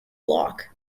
bloc